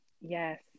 Yes